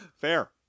Fair